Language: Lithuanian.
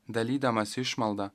dalydamas išmaldą